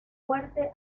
muerte